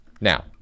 Now